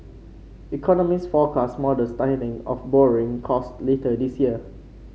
economists forecast modest tightening of borrowing costs later this year